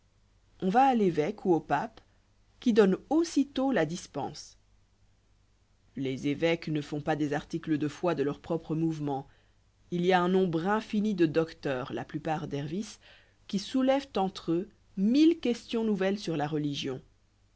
on va à l'evêque ou au pape qui donne aussitôt la dispense les évêques ne font pas des articles de foi de leur propre mouvement il y a un nombre infini de docteurs la plupart dervis qui soulèvent entre eux mille questions nouvelles sur la religion